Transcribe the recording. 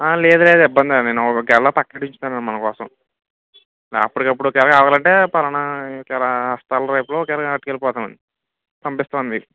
లేదు లేదు ఇబ్బంది ఏం లేదు నేను ఒక గెల పక్కకు దించుతానండి మనకోసం అప్పటికప్పుడు ఒకేల కావాలంటే పలానా ఒకేల అస్తాలు గెల పట్టుకెళ్ళిపోతామండి పంపిస్తామండి మీకు